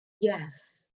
Yes